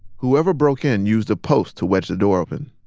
whoever broke in used a post to wedge the door open.